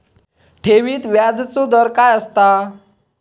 ठेवीत व्याजचो दर काय असता?